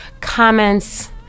comments